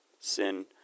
sin